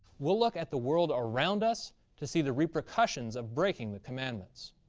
we'll look at the world around us to see the repercussions of breaking the commandments.